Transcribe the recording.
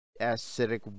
acidic